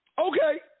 Okay